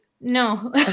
no